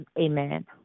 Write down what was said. Amen